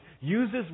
uses